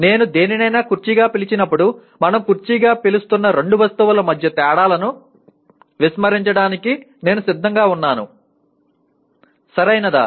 నేను దేనినైనా కుర్చీగా పిలిచినప్పుడు మనం కుర్చీగా పిలుస్తున్న రెండు వస్తువుల మధ్య తేడాలను విస్మరించడానికి నేను సిద్ధంగా ఉన్నాను సరియైనదా